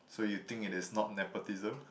so you think it is not nepotism